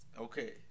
Okay